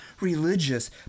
religious